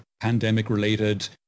pandemic-related